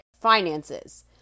finances